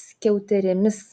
skiauterėmis